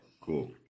cool